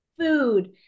food